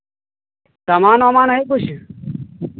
सामान वामान है कुछ